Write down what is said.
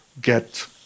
get